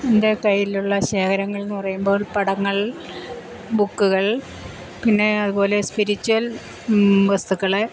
എൻ്റെ കൈയ്യിലുള്ള ശേഖരങ്ങളെന്ന് പറയുമ്പോൾ പടങ്ങൾ ബുക്കുകൾ പിന്നെ അതുപോലെ സ്പിരിച്യുൽ വസ്തുക്കൾ